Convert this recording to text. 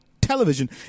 television